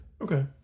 Okay